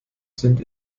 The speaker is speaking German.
sind